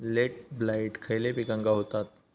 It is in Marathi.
लेट ब्लाइट खयले पिकांका होता?